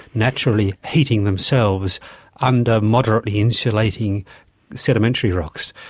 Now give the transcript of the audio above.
naturally heating themselves under moderately insulating sedimentary rocks.